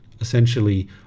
essentially